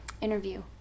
interview